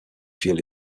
fuel